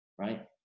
right